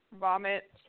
Vomit